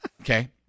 Okay